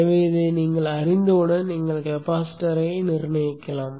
எனவே இதை நீங்கள் அறிந்தவுடன் நீங்கள் கெபாசிட்டரை நிர்ணயிக்கலாம்